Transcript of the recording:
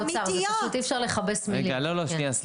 זה פשוט שאי אפשר לכבס מילים.